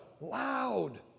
loud